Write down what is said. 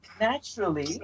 naturally